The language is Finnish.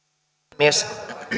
puhemies